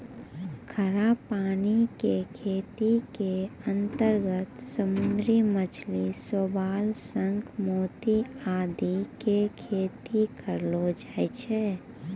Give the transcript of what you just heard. खारा पानी के खेती के अंतर्गत समुद्री मछली, शैवाल, शंख, मोती आदि के खेती करलो जाय छै